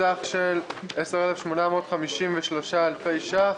בסך של 10,853 אלפי ש"ח